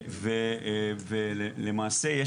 למעשה,